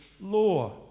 law